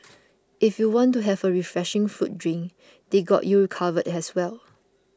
if you want to have a refreshing fruit drink they got you covered as well